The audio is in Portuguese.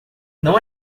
não